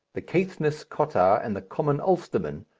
the caithness cottar and the common ulsterman,